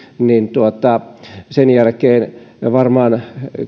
sen jälkeen varmaan